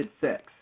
sex